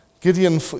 Gideon